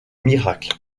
miracle